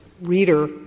reader